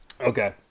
Okay